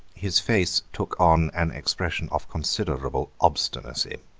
his face took on an expression of considerable obstinacy.